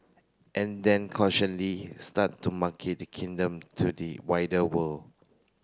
and then start to market the kingdom to the wider world